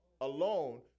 Alone